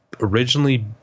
originally